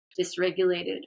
dysregulated